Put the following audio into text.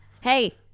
Hey